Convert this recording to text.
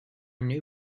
new